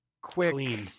quick